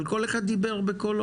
אבל כל אחד דיבר בקולות.